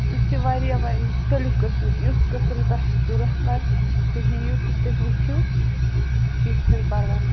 اَسہِ وارِیاہ مختلف قسمٕکۍ یُس قٕسٕم تۄہہِ ضوٚرت لگہِ تُہۍ یِیِو تہٕ وٕچھِو کیٚنٛہہ چھُنہٕ پرواے